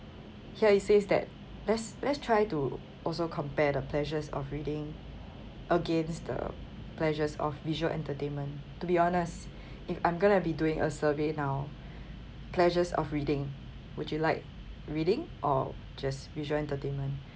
here it says that let's let's try to also compare the pleasures of reading against the pleasures of visual entertainment to be honest if I'm gonna be doing a survey now pleasures of reading would you like reading or just visual entertainment